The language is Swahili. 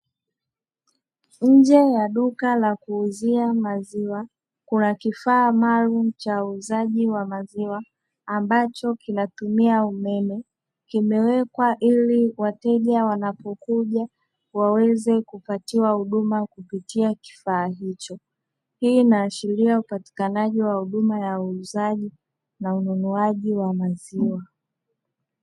Nje ya duka la kuuzia maziwa kuna kifaa maalum cha uuzaji wa maziwa ambacho kinatumia umeme kimewekwa ili wateja wanapokuja waweze kupatiwa huduma kupitia kifaa hicho, hii inaashiria upatikanaji wa huduma ya uuzaji na ununuaji wa maziwa.